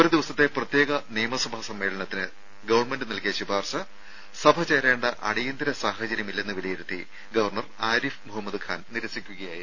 ഒരു ദിവസത്തെ പ്രത്യേക നിയമസഭാ സമ്മേളനത്തിന് ഗവൺമെന്റ് നൽകിയ ശുപാർശ സഭ ചേരേണ്ട അടിയന്തര സാഹചര്യമില്ലെന്ന് വിലയിരുത്തി ഗവർണർ ആരിഫ് മുഹമ്മദ് ഖാൻ നിരസിക്കുകയായിരുന്നു